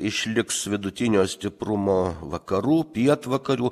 išliks vidutinio stiprumo vakarų pietvakarių